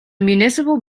municipal